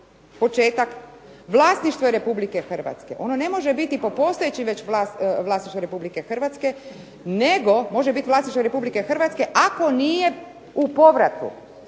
početak vlasništvo je Republike Hrvatske. Ono ne može biti po postojećim već vlasništvo Republike Hrvatske nego može biti vlasništvo Republike Hrvatske ako nije u povratu